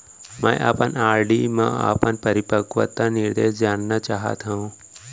मै अपन आर.डी मा अपन परिपक्वता निर्देश जानना चाहात हव